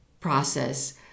process